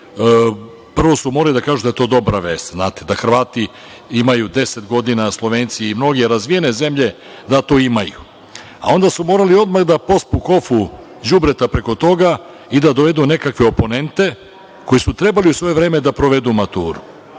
prvo su morali da kažu da je to dobra vest, znate, da Hrvati imaju deset godina, Slovenci i mnoge razvijene zemlje to imaju. Onda su morali odmah da pospu kofu đubreta preko toga i da dovedu nekakve oponente koji su trebali u svoje vreme da provedu maturu,